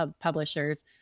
publishers